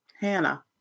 Hannah